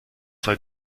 sei